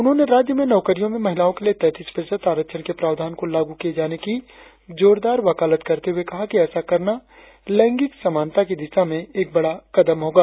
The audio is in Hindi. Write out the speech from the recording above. उन्होंने राज्य में नौकरियों में महिलाओ के लिए तैंतीस प्रतिशत आरक्षण के प्रावधान को लागू किये जाने की जोरदार वकालत करते हुए कहा ऐसा करना लैंगिक समानता की दिशा में एक बड़ा कदम होगा